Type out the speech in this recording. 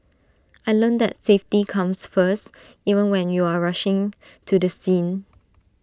I learnt that safety comes first even when you are rushing to the scene